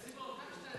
קח שניים הביתה,